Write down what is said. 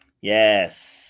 Yes